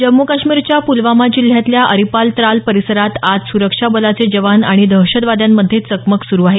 जम्मू काश्मीरच्या पुलवामा जिल्ह्यातल्या अरिपाल त्राल परसिरात आज सुरक्षा बलाचे जवान आणि दहशतवाद्यांमध्ये चकमक सुरु आहे